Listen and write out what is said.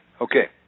Okay